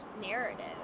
narrative